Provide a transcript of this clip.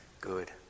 good